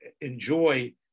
enjoy